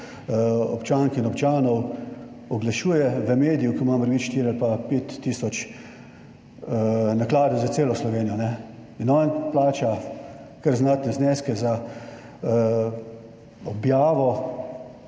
občank in občanov oglašuje v mediju, ki ima mogoče 4 ali pa 5 tisoč naklade za celo Slovenijo, in on plača kar znatne zneske za objavo